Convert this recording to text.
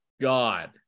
God